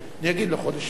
אני אגיד לו "חודש טוב".